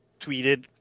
tweeted